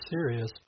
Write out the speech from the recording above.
serious